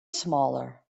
smaller